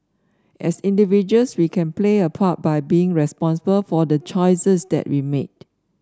as individuals we can play a part by being responsible for the choices that we made